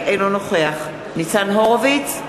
אינו נוכח ניצן הורוביץ,